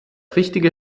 richtige